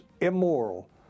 immoral